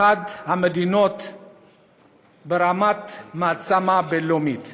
המדינות שברמה של מעצמה בין-לאומית